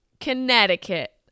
Connecticut